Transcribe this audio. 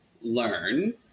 learn